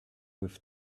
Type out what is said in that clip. with